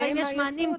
במענה ייעוצי,